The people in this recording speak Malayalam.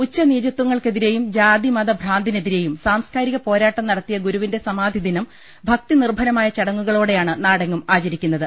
ഉച്ചനീചത്വ ങ്ങൾക്കെതിരെയും ജാതി മതഭ്രാന്തിനെതിരെയും സാംസ്കാ രിക പോരാട്ടം നടത്തിയ ഗുരുവിന്റെ സ്മാധിദിനം ഭക്തി നിർഭരമായ ചടങ്ങുകളോടെയാണ് നാടെങ്ങും ആചരിക്കു ന്നത്